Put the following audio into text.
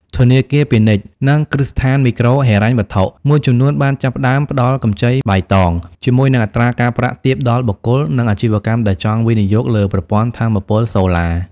ធនាគារពាណិជ្ជ និងគ្រឹះស្ថានមីក្រូហិរញ្ញវត្ថុមួយចំនួនបានចាប់ផ្តើមផ្តល់កម្ចីបៃតង ជាមួយនឹងអត្រាការប្រាក់ទាបដល់បុគ្គល និងអាជីវកម្មដែលចង់វិនិយោគលើប្រព័ន្ធថាមពលសូឡា។